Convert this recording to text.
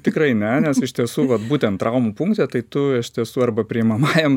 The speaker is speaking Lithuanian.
tikrai ne nes iš tiesų vat būtent traumų punkte tai tu iš tiesų arba priimamajam